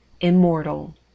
immortal